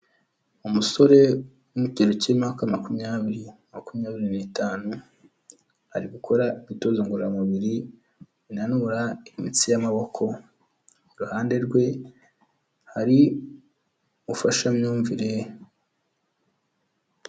Umusore uri mu kigero k'imyaka makumyabiri na makumyabiri n'itanu, ari gukora imyitozo ngororamubiri, ananura imitsi y'amaboko, iruhande rwe hari umufashamyumvire .